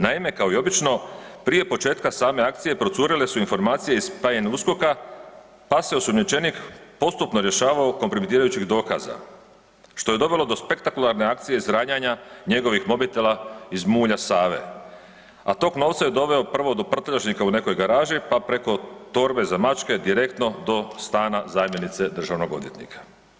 Naime, kao i obično prije početka same akcije procurile su informacije iz PNUSKOK-a pa se osumnjičenik postupno rješavao kompromitirajućih dokaza što je dovelo do spektakularne akcije izranjanja njegovih mobitela iz mulja Save, a tok novca je doveo prvo do prtljažnika u nekoj garaži pa preko torbe za mačke direktno do stana zamjenice državnog odvjetnika.